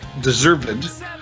deserved